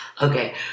okay